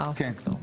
ה-R Factor.